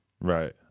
right